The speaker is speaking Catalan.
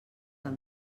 del